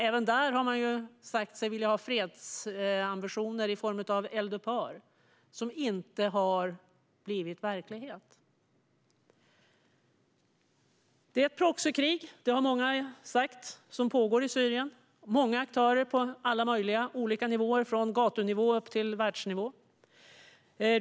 Även där säger man sig vilja ha fred i form av eldupphör, som inte har blivit verklighet. Det är ett proxykrig som pågår i Syrien; det har många sagt. Det är många aktörer på alla möjliga olika nivåer, från gatunivå upp till världsnivå.